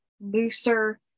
looser